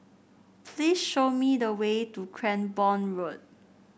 please show me the way to Cranborne Road